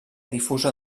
difusa